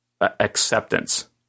acceptance